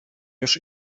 już